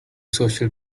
social